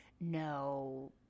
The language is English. no